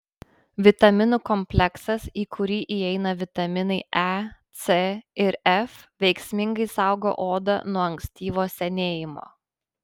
vitaminų kompleksas į kurį įeina vitaminai e c ir f veiksmingai saugo odą nuo ankstyvo senėjimo